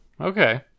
Okay